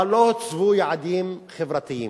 אבל לא הציבו יעדים חברתיים.